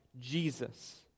Jesus